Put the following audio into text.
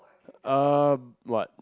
uh what